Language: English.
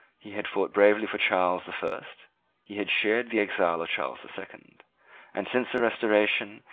he had fought bravely for charles the first he had shared the exile of charles the second and, since the restoration,